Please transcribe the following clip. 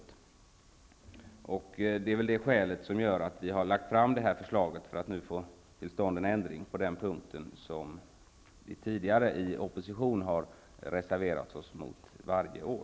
En ändring på den punkten är väl skälet till att vi har lagt fram det här förslaget. Tidigare har vi ju i oppositionsställning reserverat oss varje år.